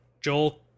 joel